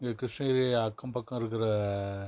இங்கே கிரிஷ்ணகிரி அக்கம்பக்கம் இருக்கிற